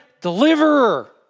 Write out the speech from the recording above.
Deliverer